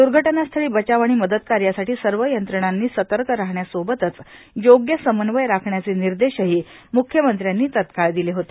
दुर्घटना स्थळी बचाव आणि मदत कार्यासाठी सर्व यंत्रणांनी सतर्क राहण्यासोबतच योग्य समन्वय राखण्याचे निर्देशही मुख्यमंत्र्यांनी तत्काळ दिले होते